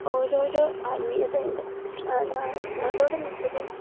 ഓരോരോ ആത്മീയതയുണ്ട് നാടോടിനൃത്തത്തിൽ